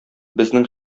безнең